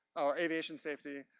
or aviation safety.